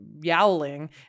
yowling